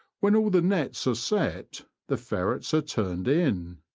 when all the nets are set the ferrets are turned in.